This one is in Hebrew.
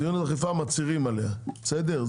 מדיניות אכיפה מצהירים עליה, בסדר?